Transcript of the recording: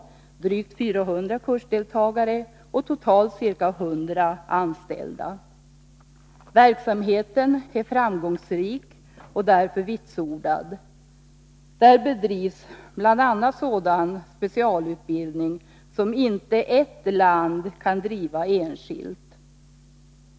Det rör sig totalt om drygt 400 kursdeltagare och ca 100 anställda. Verksamheten är framgångsrik och därför vitsordad. Vid skolorna bedrivs bl.a. sådan specialutbildning som inte ett land kan driva enskilt.